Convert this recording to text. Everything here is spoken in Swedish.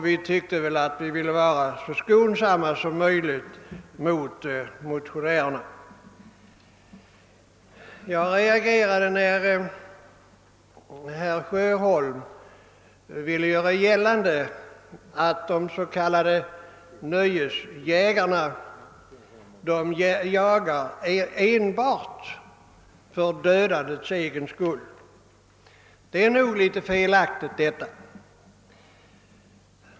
Vi tyckte därför att vi skulle vara så skonsamma som möjligt mot motionärerna. Jag reagerade när herr Sjöholm ville göra gällande att de s.k. nöjesjägarna jagar enbart för dödandets egen skull. Det är nog felaktigt.